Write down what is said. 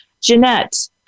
Jeanette